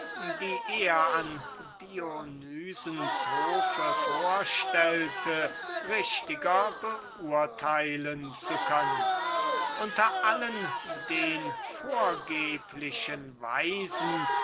die er an dionysens hofe vorstellte richtiger beurteilen zu können unter allen den vorgeblichen weisen